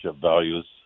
values